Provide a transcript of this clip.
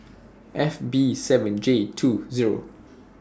F B seven J two Zero